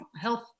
health